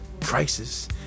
crisis